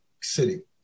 City